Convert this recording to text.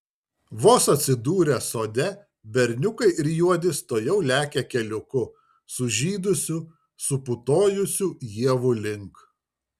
vos atsidūrę sode berniukai ir juodis tuojau lekia keliuku sužydusių suputojusių ievų link